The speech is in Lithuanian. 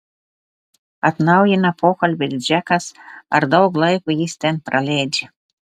atnaujina pokalbį džekas ar daug laiko jis ten praleidžia